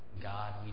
God